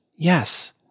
Yes